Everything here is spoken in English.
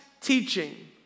teaching